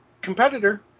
competitor